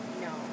No